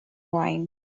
wine